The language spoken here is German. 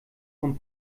von